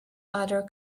other